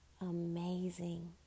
amazing